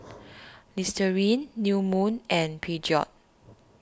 Listerine New Moon and Peugeot